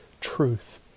truth